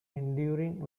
enduring